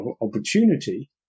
opportunity